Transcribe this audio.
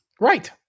Right